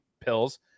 pills